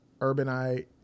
urbanite